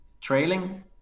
trailing